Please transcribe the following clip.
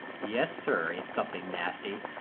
yes, sir. it's something nasty.